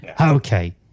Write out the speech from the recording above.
Okay